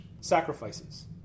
sacrifices